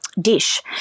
Dish